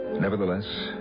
Nevertheless